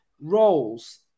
roles